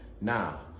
Now